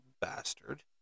bastard